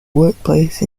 workplace